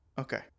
Okay